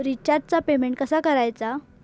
रिचार्जचा पेमेंट कसा करायचा?